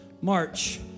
March